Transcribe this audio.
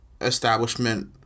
establishment